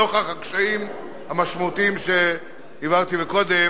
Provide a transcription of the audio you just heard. נוכח הקשיים המשמעותיים שהבעתי מקודם,